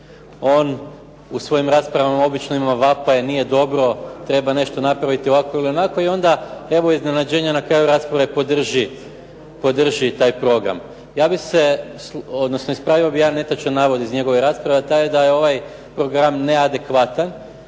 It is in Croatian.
On u svojim raspravama obično ima vapaj nije dobro, treba nešto napraviti ovako ili onako i onda evo iznenađenja na kraju rasprave podrži taj program. Ispravio bih jedan netočan navod iz njegove rasprave a taj je da je ovaj program neadekvatan,